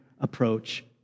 approach